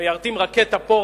מיירטים רקטה פה,